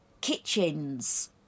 kitchens